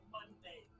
Monday